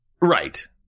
Right